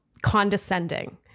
condescending